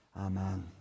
Amen